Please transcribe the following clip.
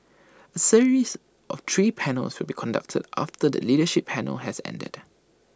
A series of three panels will be conducted after the leadership panel has ended